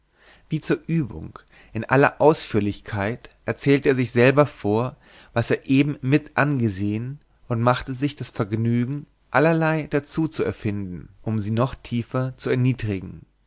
wie zur übung in aller ausführlichkeit erzählte er sich selber vor was er eben mit angesehen und machte sich das vergnügen allerlei dazu zu erfinden um sie noch tiefer zu erniedrigen